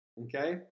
okay